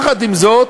עם זאת,